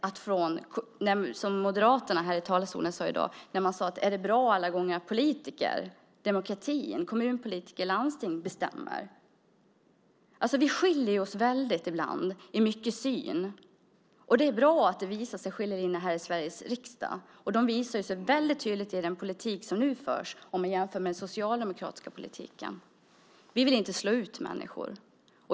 Moderaterna ifrågasatte här i talarstolen om det är bra att demokratin - kommunpolitiker och landstingspolitiker - bestämmer. Vi skiljer oss i mycket när det gäller synen, och det är bra att skiljelinjerna visar sig här i Sveriges riksdag. De visar sig väldigt tydligt i den politik som nu förs när man jämför den med den socialdemokratiska politiken. Vi vill inte slå ut människor.